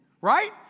right